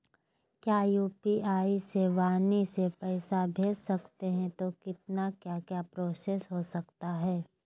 क्या यू.पी.आई से वाणी से पैसा भेज सकते हैं तो कितना क्या क्या प्रोसेस हो सकता है?